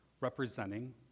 representing